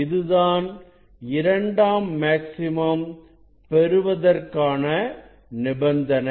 இதுதான் இரண்டாம் மேக்ஸிமம் பெறுவதற்கான நிபந்தனை